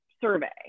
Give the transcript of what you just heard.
survey